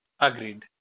agreed